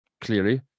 clearly